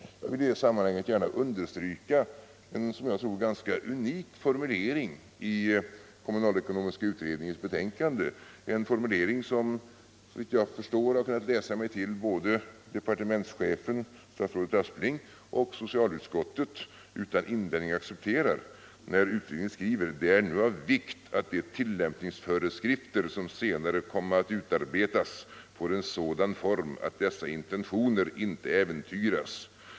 Jag vill i detta sammanhang understryka en, som jag tror, ganska unik formulering i kommunalekonomiska utredningens betänkande, en formulering som, enligt vad jag har kunnat läsa mig till, både departementschefen, statsrådet Aspling, och socialutskottet utan invändningar accepterar. Utredningen skriver: ”Det är nu av vikt att de tillämpningsföreskrifter som senare kommer att utarbetas får en sådan form att dessa intentioner inte äventyras.